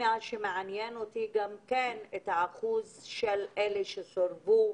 שמעניין אותי זה האחוז של אלה שסורבו,